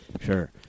Sure